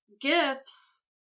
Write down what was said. gifts